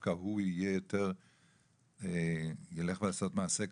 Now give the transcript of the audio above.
דווקא הוא ילך לעשות מעשה כזה,